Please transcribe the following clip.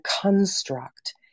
construct